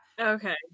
okay